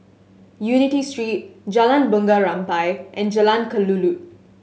Unity Street Jalan Bunga Rampai and Jalan Kelulut